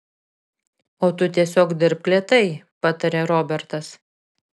o tu tiesiog dirbk lėtai patarė robertas